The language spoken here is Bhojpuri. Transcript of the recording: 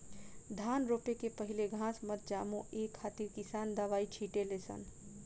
धान रोपे के पहिले घास मत जामो ए खातिर किसान दवाई छिटे ले सन